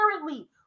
currently